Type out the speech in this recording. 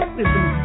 Listen